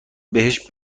بهش